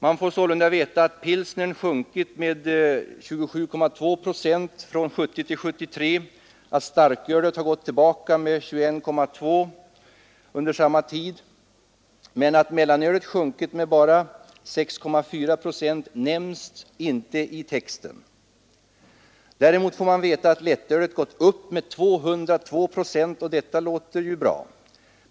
Man får sålunda veta att konsumtionen av pilsner sjunkit med 27,2 procent från år 1970 till 1973, att starkölet gått tillbaka med 21,2 procent under samma tid. Men att konsumtionen av mellanöl sjunkit med bara 6,4 procent nämns inte i texten. Däremot får man veta att lättölet gått upp med 202 procent — och detta låter ju bra.